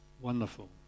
wonderful